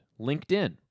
LinkedIn